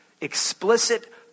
explicit